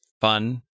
fun